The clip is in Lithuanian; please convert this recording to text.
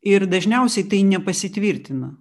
ir dažniausiai tai nepasitvirtina